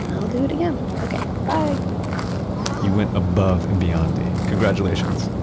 i'll do it again. okay, bye you went above and beyond, d. congratulations.